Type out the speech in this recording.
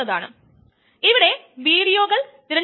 അതിനാൽ അത് താഴോട്ട് പോകുന്നു